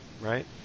right